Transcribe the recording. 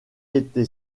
été